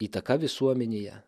įtaka visuomenėje